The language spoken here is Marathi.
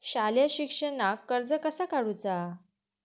शालेय शिक्षणाक कर्ज कसा काढूचा?